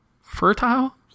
fertile